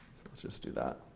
let's just do that.